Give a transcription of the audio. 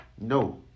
No